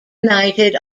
united